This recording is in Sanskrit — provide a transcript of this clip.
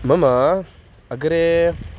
मम अग्रे